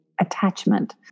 attachment